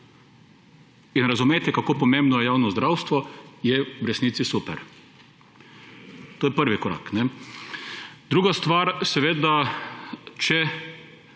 in razumeti, kako pomembno je javno zdravstvo, je v resnici super. To je prvi korak. Druga stvar, če